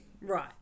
Right